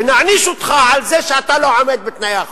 ונעניש אותך על זה שאתה לא עומד בתנאי החוק.